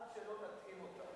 עד שלא נתאים אותה